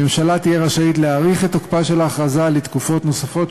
הממשלה תהיה רשאית להאריך את תוקפה של ההכרזה לתקופות נוספות,